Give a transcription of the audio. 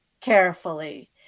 carefully